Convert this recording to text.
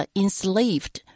enslaved